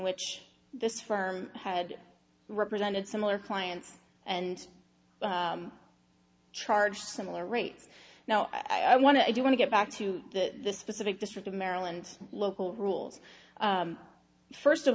which this firm had represented similar clients and charge similar rates now i want to i do want to get back to the specific district of maryland local rules first of